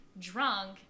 Drunk